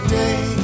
day